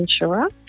insurer